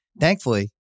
Thankfully